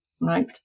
right